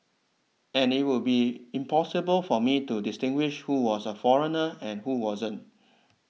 and it would been impossible for me to distinguish who was a foreigner and who wasn't